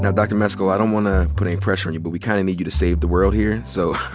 yeah dr. mascola, i don't want to put any pressure on you, but we kinda kind of need you to save the world here. so